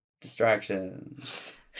Distractions